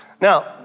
Now